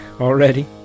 Already